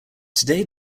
today